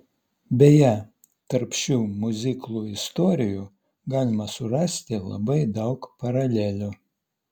beje tarp šių miuziklų istorijų galima surasti labai daug paralelių